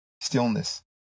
stillness